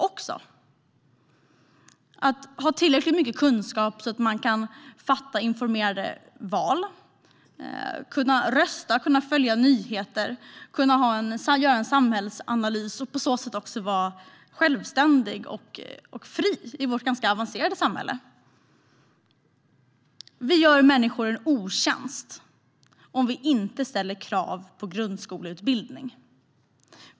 Man ska ha tillräckligt mycket kunskap för att kunna göra informerade val, kunna rösta, kunna följa nyheter, kunna göra en samhällsanalys och på så sätt också vara självständig och fri i vårt ganska avancerade samhälle. Vi gör människor en otjänst om vi inte ställer krav på grundskoleutbildning.